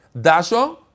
Dasha